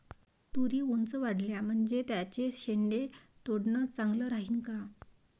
तुरी ऊंच वाढल्या म्हनजे त्याचे शेंडे तोडनं चांगलं राहीन का?